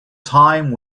time